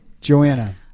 Joanna